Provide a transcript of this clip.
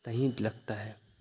सही लगता है